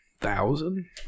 Thousand